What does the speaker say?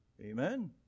Amen